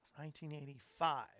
1985